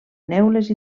neules